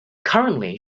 currently